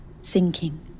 Sinking